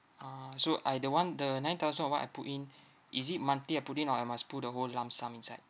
ah so I the one the nine thousand or what I put in is it monthly I put in or I must put the whole lump sum inside